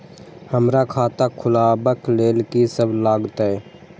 हमरा खाता खुलाबक लेल की सब लागतै?